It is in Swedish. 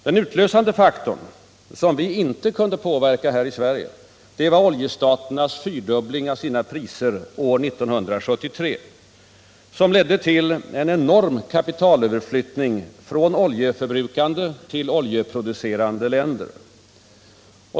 Den utlösande faktorn — som vi inte kunde påverka här i Sverige — var oljestaternas fyrdubbling av sina priser år 1973, vilken ledde till en enorm kapitalöverflyttning från oljeförbrukande till oljeproducerande länder.